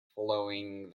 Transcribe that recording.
following